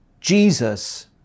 Jesus